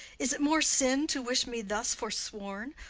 is it more sin to wish me thus forsworn,